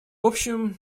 общем